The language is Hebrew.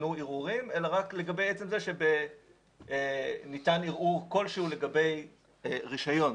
ערעורים אלא רק שניתן ערעור כלשהו לגבי רישיון.